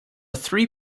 three